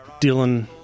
Dylan